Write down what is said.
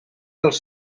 dels